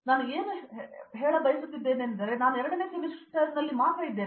ನಾನು ಏನು ಬಳಸುತ್ತಿದ್ದೇನೆಂದರೆ ನಾನು ಎರಡನೇ ಸೆಮಿಸ್ಟರ್ನಲ್ಲಿ ಮಾತ್ರ ಇದ್ದೇನೆ